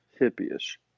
hippie-ish